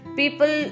people